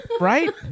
right